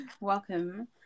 Welcome